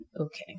Okay